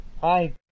Hi